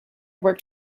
worked